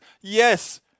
yes